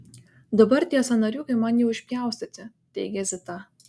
dabar tie sąnariukai man jau išpjaustyti teigia zita